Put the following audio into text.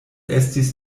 estis